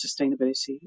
sustainability